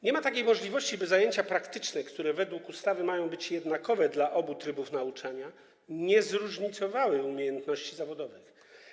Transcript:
Nie ma możliwości, by zajęcia praktyczne, które według ustawy mają być jednakowe dla obu trybów nauczania, nie zróżnicowały umiejętności zawodowych.